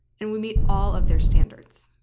and we meet all of their standards.